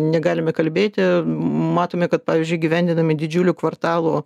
negalime kalbėti matome kad pavyzdžiui įgyvendinami didžiulių kvartalų